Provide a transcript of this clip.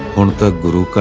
the guru